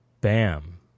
Bam